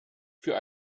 für